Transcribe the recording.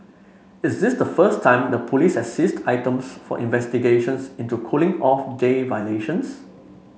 is this the first time the police has seized items for investigations into cooling off day violations